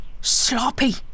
Sloppy